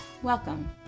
Welcome